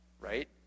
right